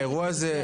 האירוע הזה,